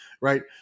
right